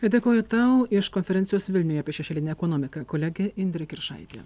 dėkoju tau iš konferencijos vilniuje apie šešėlinę ekonomiką kolegė indrė kiršaitė